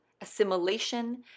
assimilation